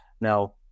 Now